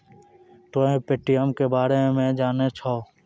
तोंय पे.टी.एम के बारे मे जाने छौं?